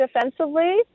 defensively